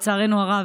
לצערנו הרב,